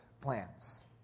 plans